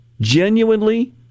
genuinely